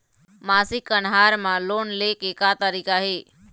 मासिक कन्हार म लोन ले के का तरीका हे?